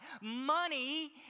Money